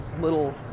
little